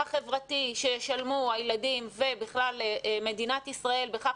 החברתי שישלמו הילדים ובכלל מדינת ישראל בכך